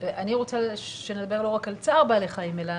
אני רוצה שנדבר לא רק על צער בעלי חיים אלא